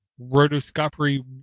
rotoscopy